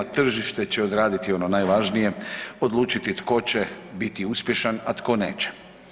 Tržište će odraditi ono najvažnije, odlučiti tko će biti uspješan, a tko neće.